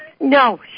No